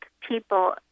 people